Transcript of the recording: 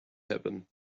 heaven